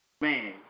Man